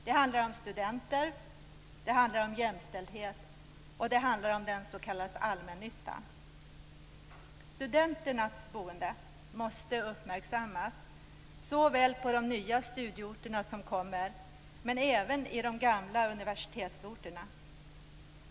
De handlar om studenter, jämställdhet och den s.k. allmännyttan. Studenternas boende måste uppmärksammas såväl på de nya studieorter som kommer till som på de gamla universitetsorterna.